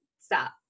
stop